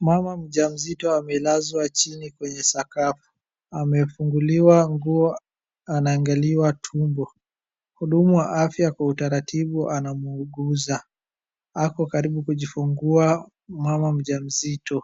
Mama mjamzito amelazwa chini kwenye sakafu. Amefunguliwa nguo anaangaliwa tumbo. Mhudumu wa afya kwa utaratibu anamguza. Ako karibu kujifungua mama mjamzito,